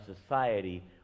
society